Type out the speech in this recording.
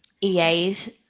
EAs